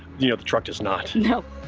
the the truck does not. nope.